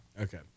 okay